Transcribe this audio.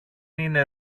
είναι